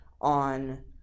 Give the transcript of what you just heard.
on